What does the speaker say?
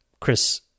Chris